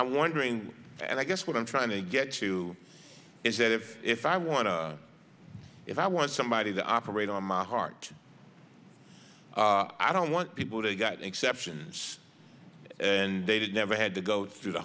i'm wondering and i guess what i'm trying to get to is that if if i want to if i want somebody to operate on my heart i don't want people to got exceptions and they did never had to go through the